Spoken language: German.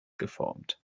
geformt